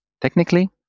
technically